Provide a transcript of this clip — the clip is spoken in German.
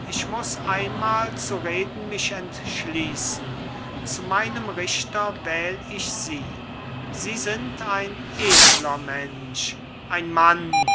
ich muß einmal zu reden mich entschließen zu meinem richter wähl ich sie sie sind ein edler mensch ein mann